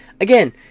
Again